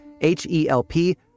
H-E-L-P